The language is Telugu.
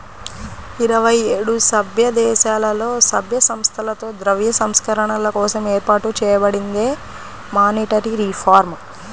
ఇరవై ఏడు సభ్యదేశాలలో, సభ్య సంస్థలతో ద్రవ్య సంస్కరణల కోసం ఏర్పాటు చేయబడిందే మానిటరీ రిఫార్మ్